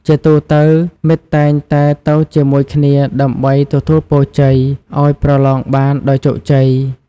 ជាទូទៅ មិត្តតែងតែទៅជាមួយគ្នាដើម្បីទទួលពរជ័យ ឲ្យប្រឡងបានដោយជោគជ័យ។